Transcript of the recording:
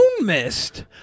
Mist